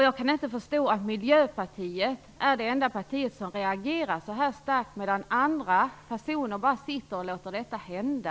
Jag kan inte förstå att Miljöpartiet är det enda parti som reagerar så starkt medan andra bara sitter och låter detta hända.